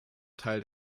teil